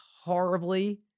horribly